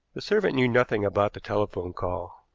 the servant knew nothing about the telephone call.